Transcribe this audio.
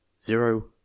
Zero